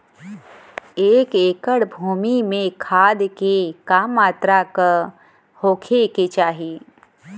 एक एकड़ भूमि में खाद के का मात्रा का होखे के चाही?